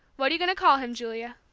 what are you going to call him, julia